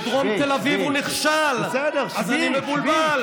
אבל לא, אני לא מבין.